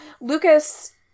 Lucas